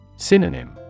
Synonym